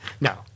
No